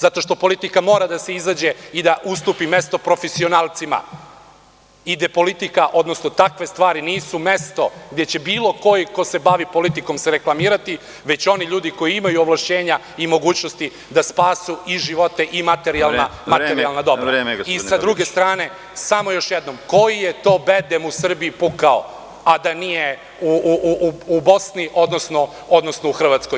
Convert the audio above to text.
Zato što politika mora da izađe i da ustupi mesto profesionalcima i da politika, odnosno takve stvari nisu mesto, gde će se bilo ko ko se bavi politikom reklamirati, već oni ljudi koji imaju ovlašćenja i mogućnosti da spasu i živote i materijalna dobra. (Predsedavajući: Vreme, gospodine Babiću.) Sa druge strane, samo još jednom, koji je to bedem u Srbiji pukao, a da nije u Bosni, odnosno u Hrvatskoj?